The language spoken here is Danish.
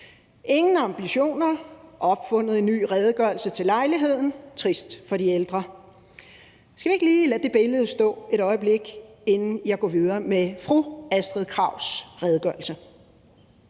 Ingen ambitioner, opfundet en ny redegørelse til lejligheden, trist for de ældre – skal vi ikke lige lade det billede stå et øjeblik, inden jeg går videre med fru Astrid Krags redegørelse.